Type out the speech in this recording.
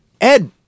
Ed